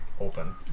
open